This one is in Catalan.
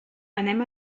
anem